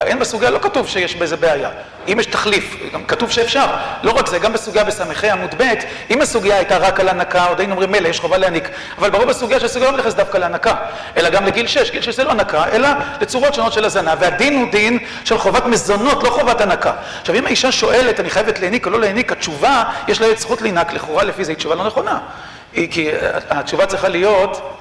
אין בסוגיה, לא כתוב שיש בזה בעיה. אם יש תחליף, כתוב שאפשר. לא רק זה, גם בסוגיה בס"ח עמוד ב', אם הסוגיה הייתה רק על הנקה, עוד היינו אומרים מילא, יש חובה להניק. אבל ברור בסוגיה שהסוגיה לא מתייחס דווקא להנקה, אלא גם לגיל 6. גיל 6 זה לא הנקה, אלא לצורות שונות של הזנה. והדין הוא דין של חובת מזונות, לא חובת הנקה. עכשיו אם האישה שואלת אני חייבת להניק או לא להניק התשובה, יש לזה זכות להנק, לכאורה לפי זה התשובה לא נכונה. כי התשובה צריכה להיות...